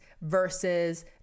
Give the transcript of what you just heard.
versus